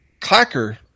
clacker